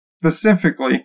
specifically